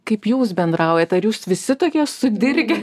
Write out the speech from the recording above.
kaip jūs bendraujat ar jūs visi tokie sudirgę